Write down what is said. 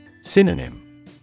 Synonym